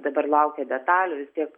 dabar laukia detalių vis tiek